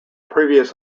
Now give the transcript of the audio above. previous